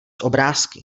obrázky